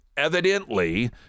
Evidently